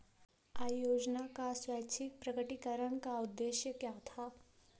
आय योजना का स्वैच्छिक प्रकटीकरण का उद्देश्य क्या था?